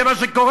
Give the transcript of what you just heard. זה מה שקורה.